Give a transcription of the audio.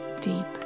deep